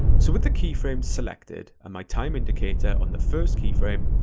so with the keyframes selected and my time indicator on the first keyframe,